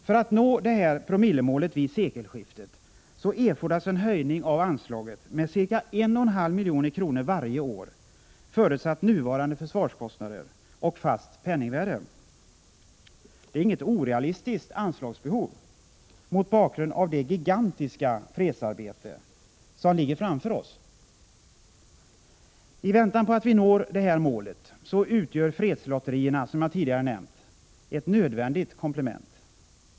För att nå promillemålet vid sekelskiftet erfordras en höjning av anslaget med ca 1,5 milj.kr. varje år, förutsatt nuvarande försvarskostnader och fast penningvärde. Det är inget orealistiskt anslagsbehov, sett mot bakgrund av det gigantiska fredsarbete, som ligger framför oss. I väntan på att vi når målet utgör fredslotterierna, som jag tidigare nämnt, ett nödvändigt komplement.